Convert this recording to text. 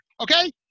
okay